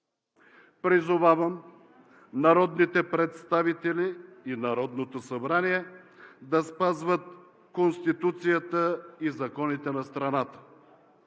Призовавам народните представители и Народното събрание да спазват Конституцията и законите на страната.